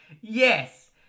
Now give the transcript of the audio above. Yes